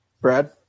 Brad